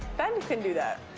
ben can do that.